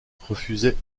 refusait